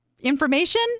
information